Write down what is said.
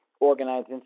organized